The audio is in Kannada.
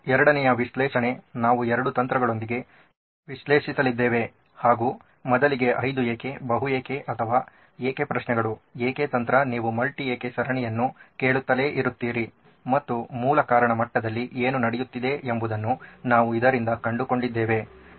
ಎರಡನೆಯ ವಿಶ್ಲೇಷಣೆ ನಾವು ಎರಡು ತಂತ್ರಗಳೊಂದಿಗೆ ವಿಶ್ಲೇಷಿಸಲಿದ್ದೆವೆ ಹಾಗೂ ಮೊದಲಿಗೆ 5 ಏಕೆ ಬಹು ಏಕೆ ಅಥವಾ ಏಕೆ ಪ್ರಶ್ನೆಗಳು ಏಕೆ ತಂತ್ರ ನೀವು ಮಲ್ಟಿ ಏಕೆ ಸರಣಿಯನ್ನು ಕೇಳುತ್ತಲೇ ಇರುತ್ತೀರಿ ಮತ್ತು ಮೂಲ ಕಾರಣ ಮಟ್ಟದಲ್ಲಿ ಏನು ನಡೆಯುತ್ತಿದೆ ಎಂಬುದನ್ನು ನಾವು ಇದರಿಂದ ಕಂಡುಕೊಂಡಿದ್ದೇವೆ